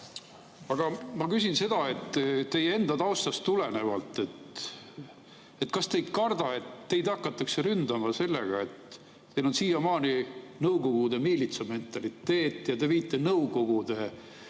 Ma küsin teie enda taustast tulenevalt, et kas te ei karda, et teid hakatakse ründama sellega, et teil on siiamaani Nõukogude miilitsa mentaliteet ja te viite Nõukogude